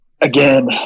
again